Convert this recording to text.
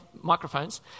microphones